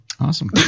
Awesome